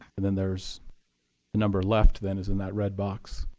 and then there's the number left then is in that red box.